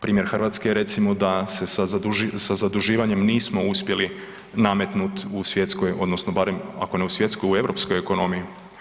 Primjer Hrvatske je recimo da se sa zaduživanjem nismo uspjeli nametnut u svjetskoj odnosno barem ako ne u svjetskoj onda u europskoj ekonomiji.